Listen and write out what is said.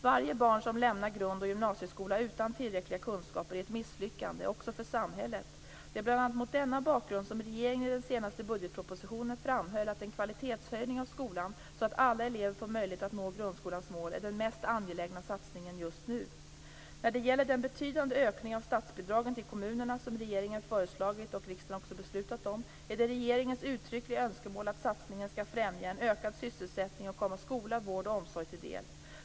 Varje barn som lämnar grund och gymnasieskola utan tillräckliga kunskaper är ett misslyckande, också för samhället. Det är bl.a. mot denna bakgrund som regeringen i den senaste budgetpropositionen framhöll att en kvalitetshöjning av skolan, så att alla elever får möjligheter att nå grundskolans mål, är den mest angelägna satsningen just nu. När det gäller den betydande ökning av statsbidragen till kommunerna som regeringen föreslagit, och riksdagen också beslutat om, är det regeringens uttryckliga önskemål att satsningen skall främja en ökad sysselsättning och komma skola, vård och omsorg till del.